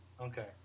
Okay